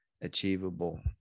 achievable